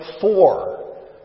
four